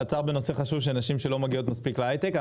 זו הצעה בנושא חשוב של נשים שלא מגיעות מספיק להיי-טק.